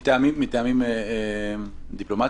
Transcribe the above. מטעמים דיפלומטיים?